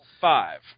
five